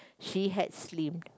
she had slim